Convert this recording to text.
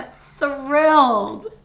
thrilled